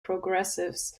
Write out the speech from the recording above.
progressives